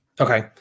Okay